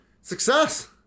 Success